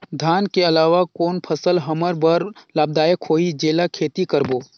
धान के अलावा कौन फसल हमर बर लाभदायक होही जेला खेती करबो?